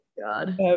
God